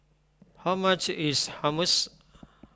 how much is Hummus